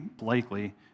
likely